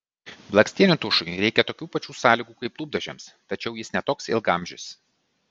blakstienų tušui reikia tokių pačių sąlygų kaip lūpdažiams tačiau jis ne toks ilgaamžis